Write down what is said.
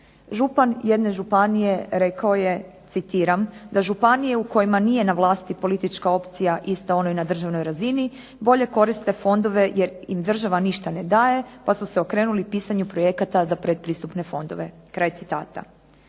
Župan jedne županije rekao je, citiram: "da županije u kojima nije na vlasti politička opcija ista ona i na državnoj razini bolje koriste fondove jer im država ništa ne daje pa su se okrenuli pisanju projekata za pretpristupne fondove", kraj citata.